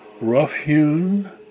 rough-hewn